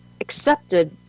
accepted